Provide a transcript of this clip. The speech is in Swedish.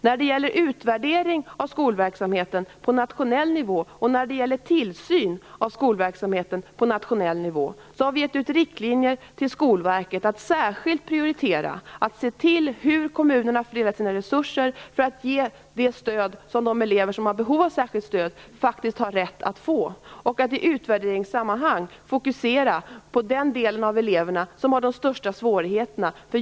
När det gäller utvärdering av skolverksamheten på nationell nivå och tillsyn av skolverksamheten på nationell nivå, har vi gett riktlinjer till Skolverket som innebär att man särskilt skall prioritera att se till hur kommunerna fördelar sina resurser för att ge det stöd som de elever som har behov av särskilt stöd har rätt att få och att i utvärderingssammanhang fokusera på den del av eleverna som har de största svårigheterna.